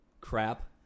crap